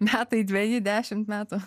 metai dveji dešimt metų